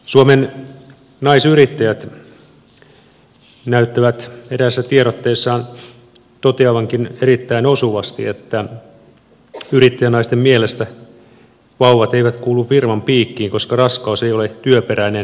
suomen naisyrittäjät näyttävätkin eräässä tiedotteessaan toteavan erittäin osuvasti että yrittäjänaisten mielestä vauvat eivät kuulu firman piikkiin koska raskaus ei ole työperäinen tapahtuma